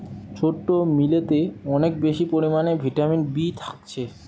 ছোট্ট মিলেতে অনেক বেশি পরিমাণে ভিটামিন বি থাকছে